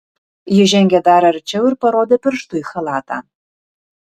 ji žengė dar arčiau ir parodė pirštu į chalatą